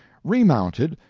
remounted,